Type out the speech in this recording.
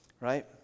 Right